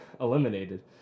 eliminated